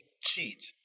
cheat